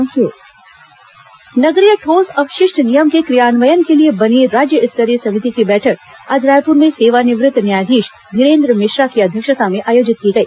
नगरीय ठोस अपशिष्ट प्रबंधन नगरीय ठोस अपशिष्ट नियम के क्रियान्वयन के लिए बनी राज्य स्तरीय समिति की बैठक आज रायपुर में सेवानिवृत्त न्यायाधीश धीरेन्द्र मिश्रा की अध्यक्षता में आयोजित की गई